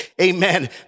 amen